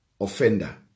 offender